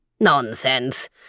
Nonsense